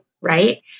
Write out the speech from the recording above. right